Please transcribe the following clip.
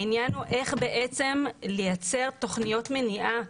העניין הוא איך בעצם לייצר תוכניות מניעה,